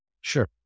Sure